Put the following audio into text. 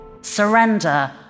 Surrender